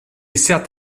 certes